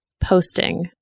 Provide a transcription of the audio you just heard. posting